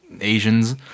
asians